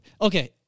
Okay